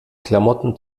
klamotten